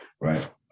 right